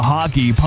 Hockey